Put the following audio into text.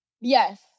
Yes